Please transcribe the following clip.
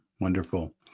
Wonderful